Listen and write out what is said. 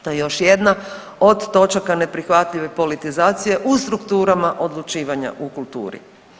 To je još jedna od točaka neprihvatljive politizacije u strukturama odlučivanja u kulturi.